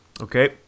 Okay